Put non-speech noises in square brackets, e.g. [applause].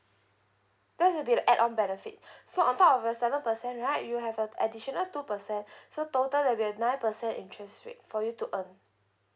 there's a bit a add on benefit [breath] so on top of a seven percent right you will have a additional two percent [breath] so total there will be a nine percent interest rate for you to earn